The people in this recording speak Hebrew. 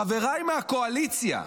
חבריי מהקואליציה,